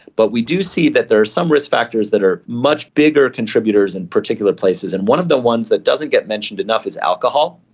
but we do see that there is some risk factors that are much bigger contributors in particular places and one of the ones that doesn't get mentioned enough is alcohol,